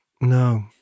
No